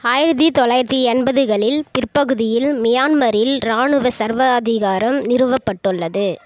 ஆயிரத்தி தொள்ளாயிரத்தி எண்பதுகளில் பிற்பகுதியில் மியான்மரில் ராணுவ சர்வ அதிகாரம் நிறுவப்பட்டுள்ளது